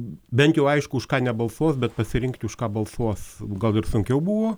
bent jau aišku už ką nebalsuos bet pasirinkti už ką balsuos gal ir sunkiau buvo